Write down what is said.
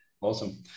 Awesome